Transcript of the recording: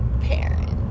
parents